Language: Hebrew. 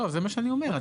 זה מה שאני אומר.